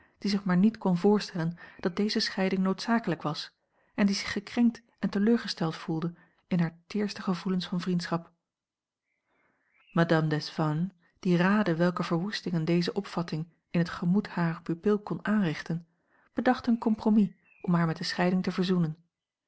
die zich maar niet kon voorstellen dat deze scheiding noodzakelijk was en die zich gekrenkt en teleurgesteld gevoelde in hare teerste gevoelens van vriendschap madame desvannes die raadde welke verwoestingen deze opvatting in het gemoed harer pupil kon aanrichten bedacht een compromis om haar met de scheiding te verzoenen